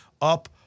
up